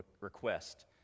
request